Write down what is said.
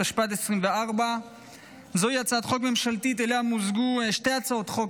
התשפ"ד 2024. זוהי הצעת חוק ממשלתית שאליה מוזגו שתי הצעות חוק